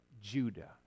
Judah